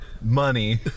money